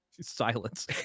silence